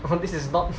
bro this is not